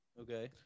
Okay